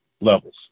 levels